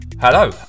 Hello